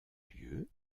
lieux